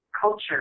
culture